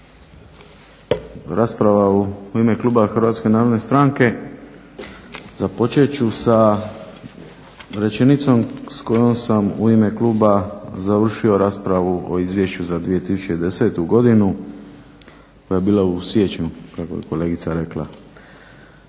Rasprava u ime kluba Hrvatske narodne stranke započet ću sa rečenicom sa kojom sam u ime kluba završio raspravu o Izvješću za 2010. godinu koja je bila u siječnju kako je kolegica rekla.